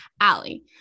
Allie